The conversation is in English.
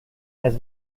has